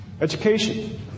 Education